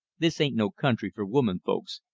this ain't no country for woman-folks,